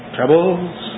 Troubles